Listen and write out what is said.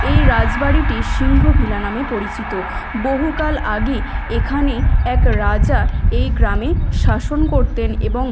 এই রাজবাড়িটি সিংহ ভিলা নামে পরিচিত বহুকাল আগে এখানে এক রাজা এই গ্রামে শাসন করতেন এবং